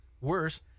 worse